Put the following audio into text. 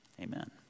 Amen